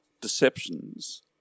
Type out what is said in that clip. deceptions